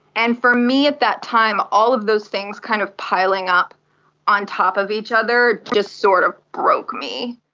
and for me at that time, all of those things kind of piling up on top of each other just sort of broke me.